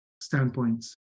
standpoints